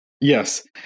Yes